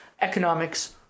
economics